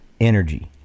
energy